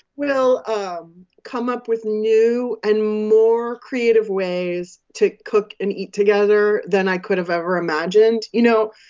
will um come up with new and more creative ways to cook and eat together than i could have ever imagined. you know,